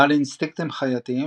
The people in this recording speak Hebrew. בעל אינסטינקטים חייתיים